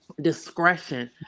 discretion